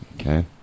Okay